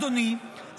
אדוני,